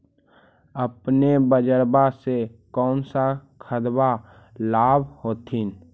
अपने बजरबा से कौन सा खदबा लाब होत्थिन?